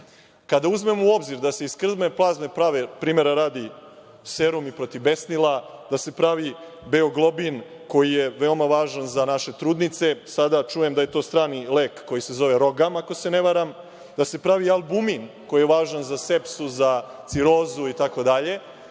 uzmemo u obzir da se iz krvne plazme prave, primera radi, serumi protiv besnila, da se pravi beoglobin koji je veoma važan za naše trudnice, sada čujem da je to strani lek koji se zove rogam, ako se ne varam, da se pravi albumin, koji je važan za sepsu, za cirozu itd. Dakle,